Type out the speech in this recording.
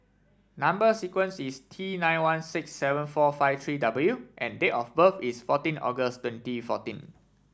number sequence is T nine one six seven four five three W and date of birth is fourteen August twenty fourteen